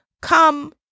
come